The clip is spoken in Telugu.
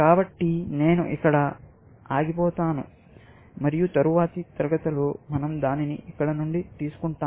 కాబట్టి నేను ఇక్కడ ఆగిపోతాను మరియు తరువాతి తరగతిలో మన০ దానిని ఇక్కడ నుండి తీసుకుంటాము